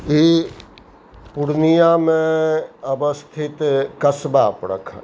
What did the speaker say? ई पूर्णियाँमे अवस्थित कसबा प्रखण्ड